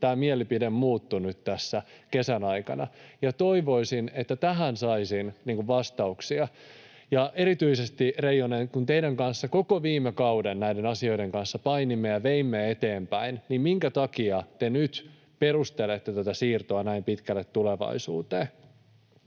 tämä mielipide muuttui nyt tässä kesän aikana. Toivoisin, että tähän saisin vastauksia. Ja, erityisesti Reijonen, kun teidän kanssa koko viime kauden näiden asioiden kanssa painimme ja veimme niitä eteenpäin, niin millä tavalla te nyt perustelette tätä siirtoa näin pitkälle tulevaisuuteen?